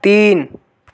तीन